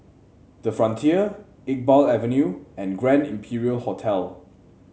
the Frontier Iqbal Avenue and Grand Imperial Hotel